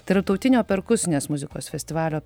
tarptautinio perkusinės muzikos festivalio